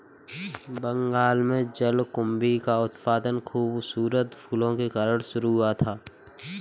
बंगाल में जलकुंभी का उत्पादन खूबसूरत फूलों के कारण शुरू हुआ था